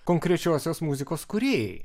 konkrečiosios muzikos kūrėjai